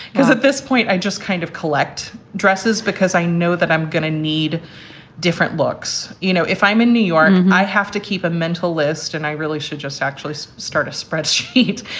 because at this point, i just kind of collect dresses because i know that i'm going to need different looks. you know, if i'm in new york, i have to keep a mental list and i really should just actually start a spreadsheet.